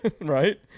right